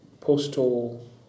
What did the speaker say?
postal